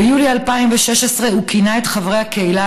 ביולי 2016 הוא כינה את חברי הקהילה